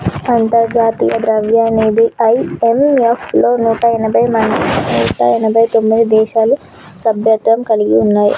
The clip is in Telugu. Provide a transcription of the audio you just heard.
అంతర్జాతీయ ద్రవ్యనిధి ఐ.ఎం.ఎఫ్ లో నూట ఎనభై తొమ్మిది దేశాలు సభ్యత్వం కలిగి ఉన్నాయి